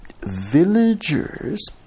villagers